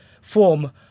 form